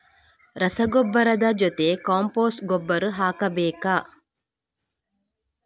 ರಸಗೊಬ್ಬರದ ಜೊತೆ ಕಾಂಪೋಸ್ಟ್ ಗೊಬ್ಬರ ಹಾಕಬೇಕಾ?